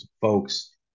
folks